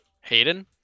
hayden